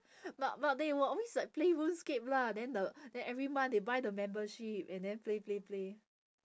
but but they will always like play RuneScape lah then the then every month they buy the membership and then play play play